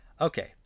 Okay